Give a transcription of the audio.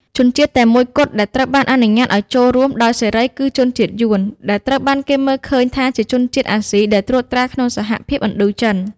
ជនជាតិតែមួយគត់ដែលត្រូវបានអនុញ្ញាតឲ្យចូលរួមដោយសេរីគឺជនជាតិយួន ដែលត្រូវបានគេមើលឃើញថាជាជនជាតិអាស៊ីដែលត្រួតត្រាក្នុងសហភាពឥណ្ឌូចិន។